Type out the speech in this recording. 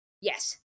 Yes